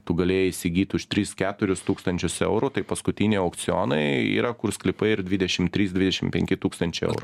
tu galėjai įsigyt už tris keturis tūkstančius eurų tai paskutiniai aukcionai yra kur sklypai ir dvidešim trys dvidešim penki tūkstančiai eurų